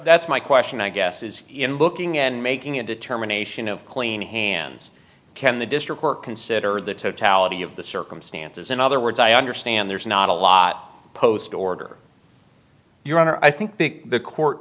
that's my question i guess is in looking and making a determination of clean hands can the district work consider the totality of the circumstances in other words i understand there's not a lot post order your honor i think the court